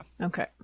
Okay